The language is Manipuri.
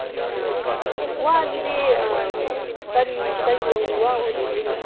ꯎꯝ ꯋꯥꯁꯤꯗꯤ ꯀꯔꯤ ꯀꯔꯤ ꯂꯝꯒꯤ ꯋꯥ ꯑꯣꯏꯕꯤꯗꯣꯏꯅꯣ